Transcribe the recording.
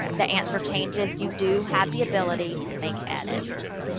the answer changes, you do have the ability to make edits.